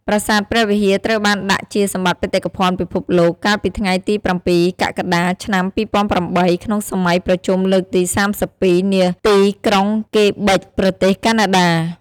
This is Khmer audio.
ប្រាសាទព្រះវិហារ ត្រូវបានដាក់ជាសម្បត្តិបេតិកភណ្ឌពិភពលោក កាលពីថ្ងៃទី០៧ កក្កដា ឆ្នាំ២០០៨ ក្នុងសម័យប្រជុំលើកទី៣២ នាទីក្រុងកេប៊ិច ប្រទេសកាណាដា។។